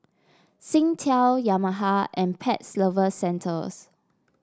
Singtel Yamaha and Pets Lovers Centres